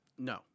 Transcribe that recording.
No